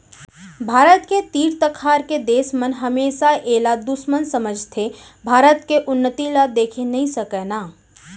भारत के तीर तखार के देस मन हमेसा एला दुस्मन समझथें भारत के उन्नति ल देखे नइ सकय ना